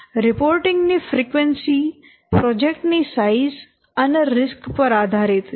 reporting ની frequency project ની size અને રિસ્ક પર આધારીત છે